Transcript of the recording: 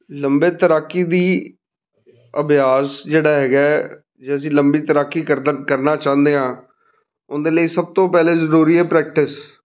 ਲੰਬੀ ਤੈਰਾਕੀ ਦਾ ਅਭਿਆਸ ਜਿਹੜਾ ਹੈਗਾ ਜੇ ਅਸੀਂ ਲੰਬੀ ਤੈਰਾਕੀ ਕਰਦਾ ਕਰਨਾ ਚਾਹੁੰਦੇ ਹਾਂ ਉਹਦੇ ਲਈ ਸਭ ਤੋਂ ਪਹਿਲਾਂ ਜ਼ਰੂਰੀ ਹੈ ਪ੍ਰੈਕਟਿਸ